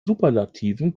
superlativen